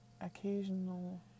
occasional